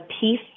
peace